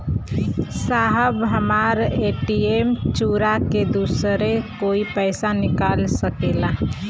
साहब हमार ए.टी.एम चूरा के दूसर कोई पैसा निकाल सकेला?